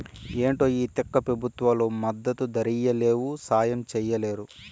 ఏంటో ఈ తిక్క పెబుత్వాలు మద్దతు ధరియ్యలేవు, సాయం చెయ్యలేరు